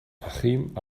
achim